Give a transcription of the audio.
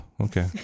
Okay